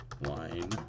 line